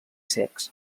secs